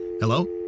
Hello